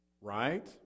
right